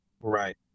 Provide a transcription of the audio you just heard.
Right